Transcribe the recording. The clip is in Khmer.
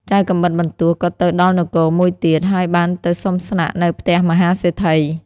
ចៅកាំបិតបន្ទោះក៏ទៅដល់នគរមួយទៀត ហើយបានទៅសុំស្នាក់នៅផ្ទះមហាសេដ្ឋី។